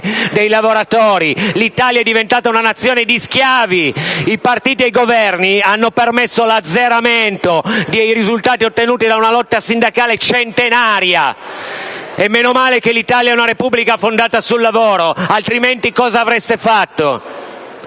dei lavoratori. L'Italia è diventata una nazione di schiavi! I partiti e i Governi hanno permesso l'azzeramento dei risultati ottenuti da una lotta sindacale centenaria. E meno male che l'Italia è una Repubblica fondata sul lavoro, altrimenti cosa avreste fatto?